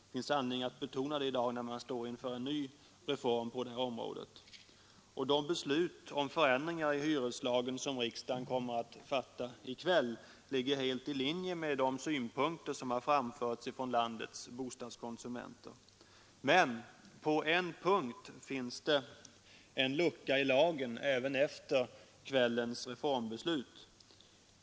Det finns anledning att betona det i dag, när vi står inför en ny reform på det här området. Det beslut om förändringar i hyreslagen som riksdagen kommer att fatta i kväll ligger helt i linje med de synpunkter som har framförts av landets bostadskonsumenter. Men på en punkt finns det en lucka i lagen även efter kvällens reformbeslut.